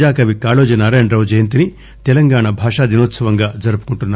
ప్రజాకవి కాళోజి నారాయణరావు జయంతిని తెలంగాణ భాషా దినోత్సవంగా జరుపుకుంటున్నారు